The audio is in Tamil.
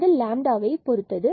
அது லாம்டாவை1 பொறுத்தது